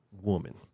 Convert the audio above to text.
woman